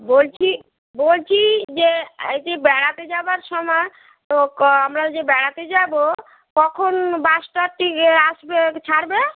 বলছি বলছি যে এই যে বেড়াতে যাবার সময় তো আমরা যে বেড়াতে যাবো কখন বাস টাস এইদিকে আসবে ছাড়বে